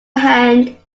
hand